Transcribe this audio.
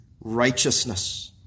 Righteousness